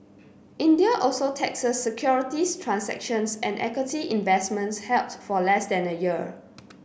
India also taxes securities transactions and equity investments held for less than a year